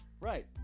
Right